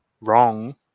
wrong